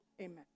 amen